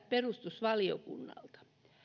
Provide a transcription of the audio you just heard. perustuslakivaliokunnalta